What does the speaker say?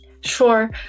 Sure